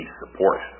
support